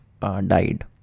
died